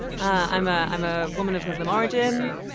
i'm ah i'm a woman of muslim origin.